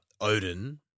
Odin